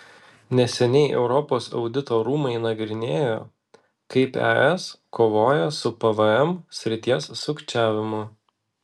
neseniai europos audito rūmai nagrinėjo kaip es kovoja su pvm srities sukčiavimu